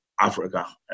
Africa